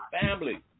family